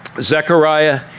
Zechariah